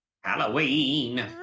Halloween